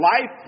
life